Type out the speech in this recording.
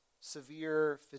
severe